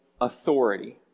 authority